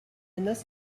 noce